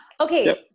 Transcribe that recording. Okay